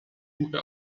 کوه